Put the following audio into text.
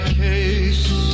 case